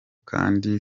kandi